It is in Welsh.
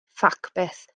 ffacbys